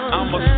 I'ma